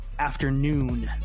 afternoon